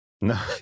no